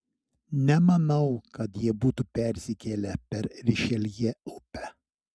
nemanau kad jie būtų persikėlę per rišeljė upę